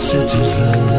Citizen